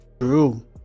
True